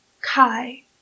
Kai